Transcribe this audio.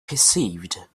perceived